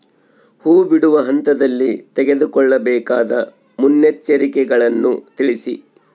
ಹೂ ಬಿಡುವ ಹಂತದಲ್ಲಿ ತೆಗೆದುಕೊಳ್ಳಬೇಕಾದ ಮುನ್ನೆಚ್ಚರಿಕೆಗಳನ್ನು ತಿಳಿಸಿ?